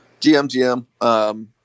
GMGM